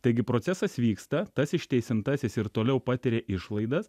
taigi procesas vyksta tas išteisintasis ir toliau patiria išlaidas